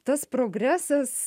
tas progresas